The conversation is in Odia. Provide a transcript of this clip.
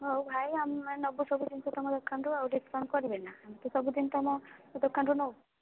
ହଉ ଭାଇ ଆମେ ମାନେ ନେବୁ ସବୁ ଜିନିଷ ତୁମ ଦୋକାନରୁ ଆଉ ଡ଼ିସ୍କାଉଣ୍ଟ୍ କରିବେ ନା ଆମେ ତ ସବୁ ଦିନ ତୁମ ଦୋକାନରୁ ନେଉ